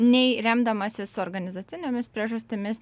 nei remdamasis organizacinėmis priežastimis